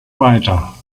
weiter